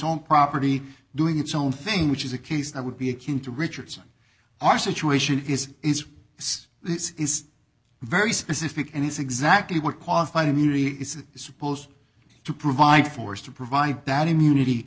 own property doing its own thing which is a case that would be akin to richardson our situation is is this this is very specific and it's exactly what qualified immunity is supposed to provide force to provide that immunity